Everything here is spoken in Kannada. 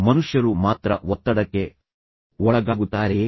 ಮನುಷ್ಯರು ಮಾತ್ರ ಒತ್ತಡಕ್ಕೆ ಒಳಗಾಗುತ್ತಾರೆಯೇ